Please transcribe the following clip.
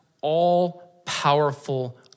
all-powerful